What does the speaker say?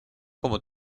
como